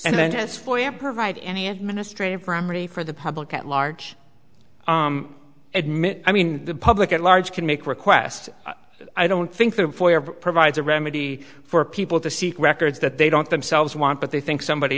and then this foyer provide any administrative remedy for the public at large admit i mean the public at large can make requests i don't think that provides a remedy for people to seek records that they don't themselves want but they think somebody